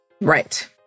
Right